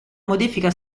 modifica